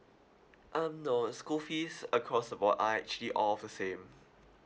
um no school fees across the board are actually all of the same